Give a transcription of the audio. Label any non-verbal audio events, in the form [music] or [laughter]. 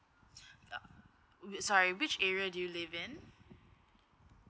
[breath] ugh whi~ sorry which area do you live in